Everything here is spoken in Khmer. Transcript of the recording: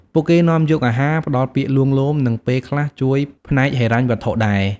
ពួកគេនាំយកអាហារ ផ្តល់ពាក្យលួងលោម និងពេលខ្លះជួយផ្នែកហិរញ្ញវត្ថុដែរ។